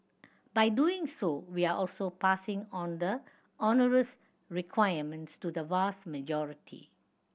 by doing so we are also passing on the onerous requirements to the vast majority